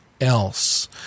else